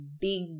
big